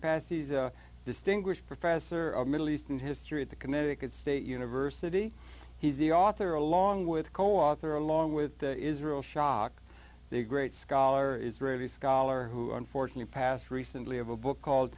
past he's a distinguished professor of middle eastern history at the connecticut state university he's the author along with co author along with israel shock the great scholar israeli scholar who unfortunately passed recently of a book called